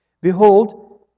Behold